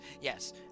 Yes